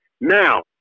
Now